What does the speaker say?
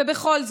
ובכל זאת,